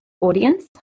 audience